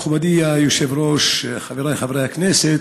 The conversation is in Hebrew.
מכובדי היושב-ראש, חבריי חברי הכנסת,